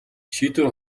шийдвэр